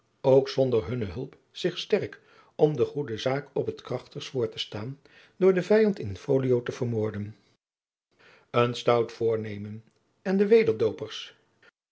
ook zonder hunne hulp zich sterk om de goede zaak op t krachtigst voor te staan door den vijand in folio te vermoorden een stout voornemen en de